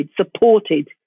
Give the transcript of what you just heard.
supported